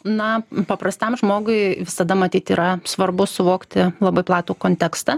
na paprastam žmogui visada matyt yra svarbu suvokti labai platų kontekstą